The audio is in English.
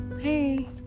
Hey